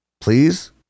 please